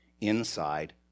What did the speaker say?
inside